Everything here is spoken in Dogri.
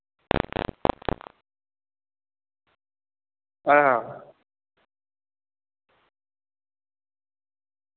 अच्छा